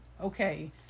okay